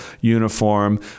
uniform